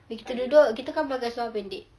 beh kita duduk kita kan pakai seluar pendek